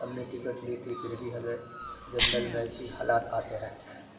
ہم نے ٹکٹ لی تھی پھر بھی ہمیں جنرل میں ایسی حالات آتے رہتے ہیں